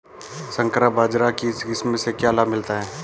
संकर बाजरा की किस्म से क्या लाभ मिलता है?